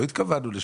לא, אני